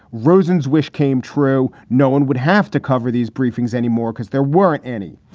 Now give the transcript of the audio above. rosens wish came true. no one would have to cover these briefings anymore because there weren't any.